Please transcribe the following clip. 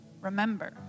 Remember